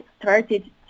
started